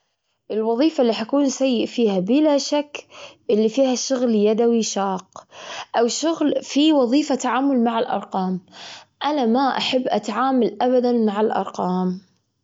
الوظيفة اللي حكون جيد فيها وظيفة إدارية. أنا أحب التنظيم والترتيب.